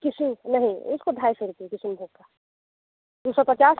किशु नहीं इसकाे ढाई सौ रुपया किशन भोग का दो सौ पचास